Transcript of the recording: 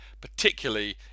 particularly